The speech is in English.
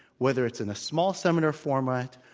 whether it's in a small seminar format,